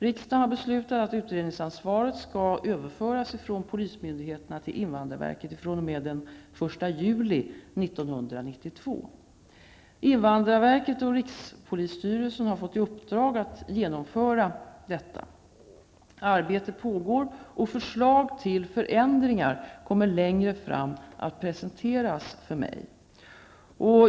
Riksdagen har beslutat att utredningsansvaret skall överföras från polismyndigheterna till invandrarverket fr.o.m. den 1 juli 1992. Invandrarverket och rikspolisstyrelsen har fått i uppdrag att genomföra detta. Arbetet pågår och förslag till förändringar kommer längre fram att presenteras för mig.